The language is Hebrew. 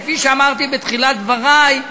כפי שאמרתי בתחילת דברי,